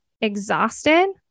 exhausted